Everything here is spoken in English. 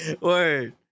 Word